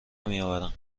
نمیآورم